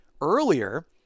earlier